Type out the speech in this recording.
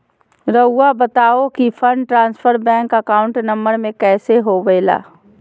रहुआ बताहो कि fund transfer bank account number में कैसे होबेला?